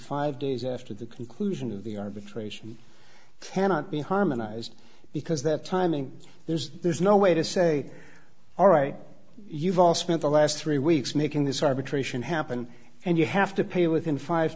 five days after the conclusion of the arbitration head be harmonized because that timing there's there's no way to say all right you've all spent the last three weeks making this arbitration happen and you have to pay it within five